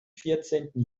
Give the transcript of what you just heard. vierzehnten